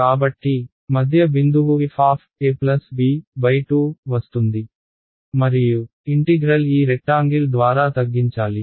కాబట్టి మధ్య బిందువు fab2 వస్తుంది మరియు ఇంటిగ్రల్ ఈ రెక్టాంగిల్ ద్వారా తగ్గించాలి